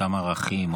אותם ערכים,